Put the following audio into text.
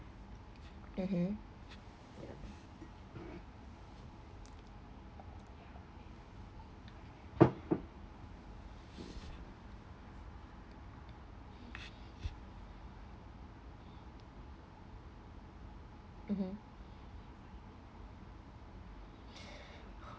mmhmm mmhmm